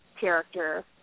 character